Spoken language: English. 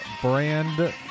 brand